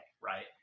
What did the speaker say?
right